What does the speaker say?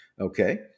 Okay